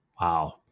Wow